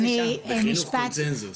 חינוך זה קונצנזוס.